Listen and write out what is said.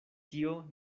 tio